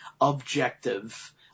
objective